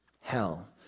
hell